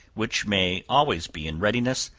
which may always be in readiness,